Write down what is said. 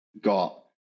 got